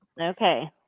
Okay